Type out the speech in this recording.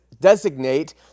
designate